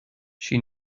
she